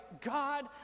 God